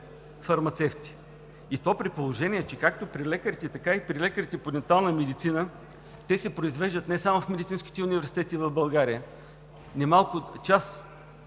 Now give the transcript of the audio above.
магистри-фармацевти, и то при положение че както при лекарите, така и при лекарите по дентална медицина, те се произвеждат не само в медицинските университети в България. Немалка част